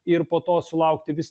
ir po to sulaukti vis